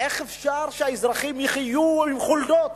איך אפשר בשנת 2010 שאזרחים יחיו עם חולדות,